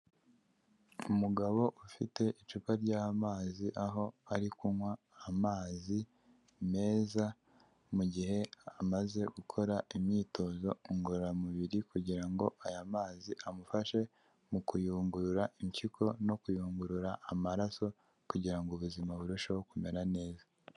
Umugabo ufite icupa ry'amazi aho ari kunywa amazi meza mu gihe amaze gukora imyitozo ngororamubiri, kugirango aya mazi amufashe mu kuyungurura impyiko no kuyungurura amaraso, kugirango ubuzima burusheho kumera neza.